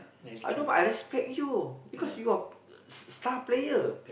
I don't mind I respect you because you're star player